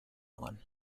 one